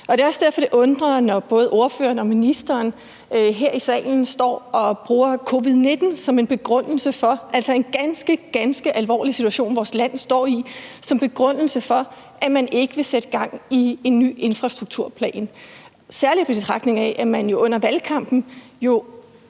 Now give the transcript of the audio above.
Det er også derfor, det undrer, når både ordføreren og ministeren her i salen står og bruger covid-19 – altså en ganske, ganske alvorlig situation, som vores land står i – som begrundelse for, at man ikke vil sætte gang i en ny infrastrukturplan, særlig i betragtning af at man jo under valgkampen